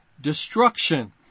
destruction